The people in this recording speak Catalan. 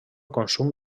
consum